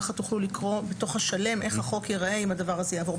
כך תוכלו לקרוא בתוך השלם איך החוק ייראה אם הדבר הזה יעבור.